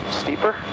steeper